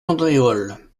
andéol